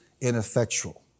ineffectual